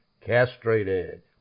castrated